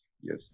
yes